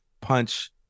punch